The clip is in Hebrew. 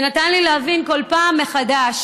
זה נתן לי להבין כל פעם מחדש,